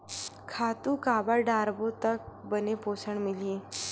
खातु काबर डारबो त बने पोषण मिलही?